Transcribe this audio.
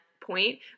point